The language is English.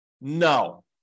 No